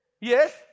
yes